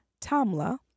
Tamla